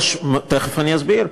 תכף אני אסביר.